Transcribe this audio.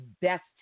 best